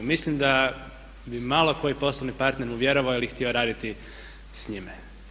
Mislim da bi malo koji poslovni partner mu vjerovao ili htio raditi s njime.